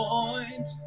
Point